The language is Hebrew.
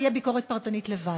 תהיה ביקורת פרטנית לבד.